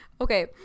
Okay